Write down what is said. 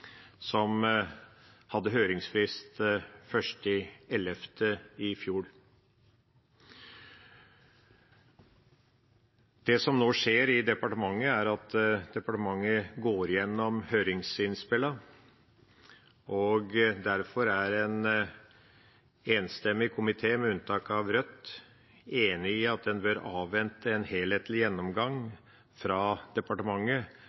som hadde høringsfrist den 1. november i fjor. Det som nå skjer i departementet, er at departementet går gjennom høringsinnspillene. Derfor er en enstemmig komité, med unntak av Rødt, enig i at en bør avvente en helhetlig gjennomgang fra departementet